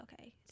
okay